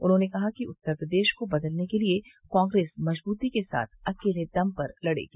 उन्होंने कहा कि उत्तर प्रदेश को बदलने के लिये कांग्रेस मजबूती के साथ अकेले दम पर लड़ेगी